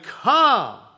come